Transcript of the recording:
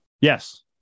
Yes